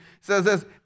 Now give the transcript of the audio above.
says